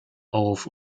auf